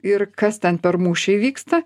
ir kas ten per mūšiai vyksta